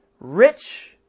rich